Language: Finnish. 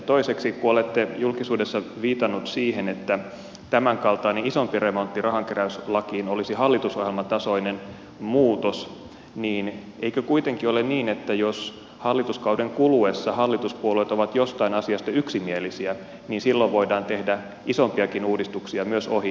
toiseksi kun olette julkisuudessa viitannut siiten että tämänkaltainen isompi remontti rahankeräyslakiin olisi hallitusohjelmatasoinen muutos eikö kuitenkin ole niin että jos hallituskauden kuluessa hallituspuolueet ovat jostain asiasta yksimielisiä niin silloin voidaan tehdä isompiakin uudistuksia myös ohi hallitusohjelman